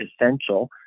essential